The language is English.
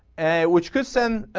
and which could send ah.